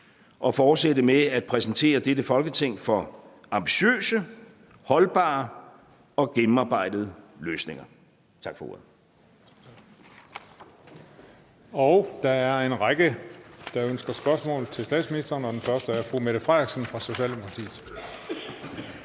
og fortsætte med at præsentere dette Folketing for ambitiøse, holdbare og gennemarbejdede løsninger. Tak for ordet. Kl. 21:56 Tredje næstformand (Christian Juhl): Der er en række, der ønsker at stille spørgsmål til statsministeren. Og den første er fru Mette Frederiksen fra Socialdemokratiet.